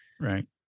Right